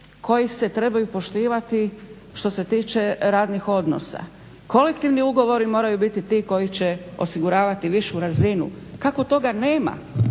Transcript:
koji se trebaju poštivati što se tiče radnih odnosa. Kolektivni ugovori moraju biti ti koji će osiguravati višu razinu. Kako toga nema